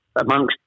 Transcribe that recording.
amongst